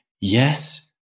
yes